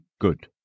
good